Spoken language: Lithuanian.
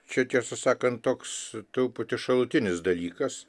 čia tiesą sakant toks truputį šalutinis dalykas